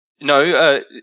No